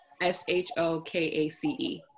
S-H-O-K-A-C-E